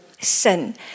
sin